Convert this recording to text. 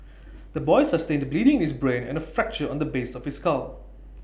the boy sustained bleeding in his brain and A fracture on the base of his skull